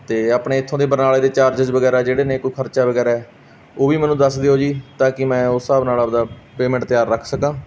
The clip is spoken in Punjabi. ਅਤੇ ਆਪਣੇ ਇੱਥੋਂ ਦੇ ਬਰਨਾਲੇ ਦੇ ਚਾਰਜਜ ਵਗੈਰਾ ਜਿਹੜੇ ਨੇ ਕੋਈ ਖਰਚਾ ਵਗੈਰਾ ਉਹ ਵੀ ਮੈਨੂੰ ਦੱਸ ਦਿਓ ਜੀ ਤਾਂ ਕਿ ਮੈਂ ਉਸ ਹਿਸਾਬ ਨਾਲ ਆਪਣਾ ਪੇਮੈਂਟ ਤਿਆਰ ਰੱਖ ਸਕਾਂ